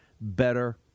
better